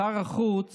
שר החוץ